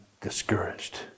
discouraged